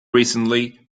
recently